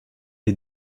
les